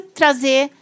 trazer